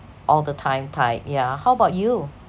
all the time type yeah how about you